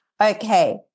Okay